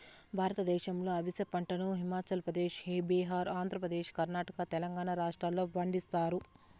భారతదేశంలో అవిసె పంటను హిమాచల్ ప్రదేశ్, బీహార్, ఆంధ్రప్రదేశ్, కర్ణాటక, తెలంగాణ రాష్ట్రాలలో పండిస్తారు